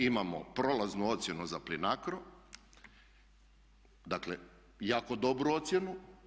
Imamo prolaznu ocjenu za Plinacro, dakle jako dobru ocjenu.